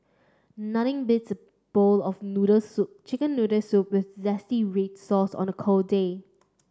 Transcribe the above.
nothing beats a bowl of noodle soup chicken noodles with read sauce on a cold day